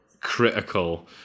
critical